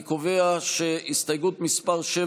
לא תצליחו להביא אותנו לאזור השפל הזה,